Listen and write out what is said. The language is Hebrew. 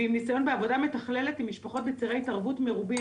ועם ניסיון בעבודה מתכללת עם משפחות בצירי התערבות מרובים,